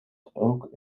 ook